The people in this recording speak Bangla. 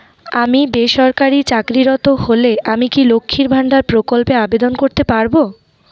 আমি বেসরকারি চাকরিরত হলে আমি কি লক্ষীর ভান্ডার প্রকল্পে আবেদন করতে পারব?